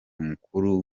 mukuru